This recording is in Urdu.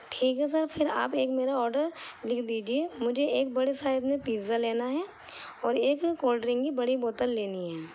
ٹھیک ہے سر پھر آپ ایک میرا آڈر لکھ دیجیے مجھے ایک بڑے سائز میں پزا لینا ہے اور ایک کولڈرنک کی بڑی بوتل لینی ہے